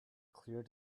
clear